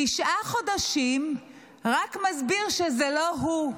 תשעה חודשים רק מסביר שזה לא הוא.